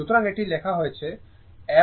সুতরাং এটি লেখা হয়েছে m sin 2πf t